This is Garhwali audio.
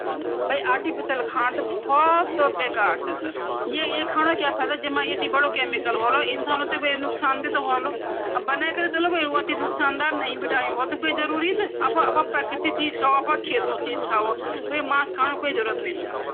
आहार म नमक की मात्रा कम कन के आप कुछ उपाय अपना सकदा। जन कि, कम नमक डाला, हल्का मसाला इस्तेमाल करा, ताजे फल और सब्जियों का सेवन करा, प्रोसेस्ड फूड्स और रेडीमेड खाना कम खा। इके अलावा, खाने में सोया सॉस या नमकीन चटनी की जगह ताजे मसाले और जड़ी-बूटियाँ डाला। पानी ज्यादा पीने से भी शरीर में नमक का संतुलन बनू रहन्दु।